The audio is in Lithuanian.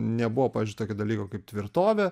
nebuvo pavyzdžiui tokio dalyko kaip tvirtovė